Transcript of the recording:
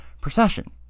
procession